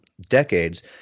decades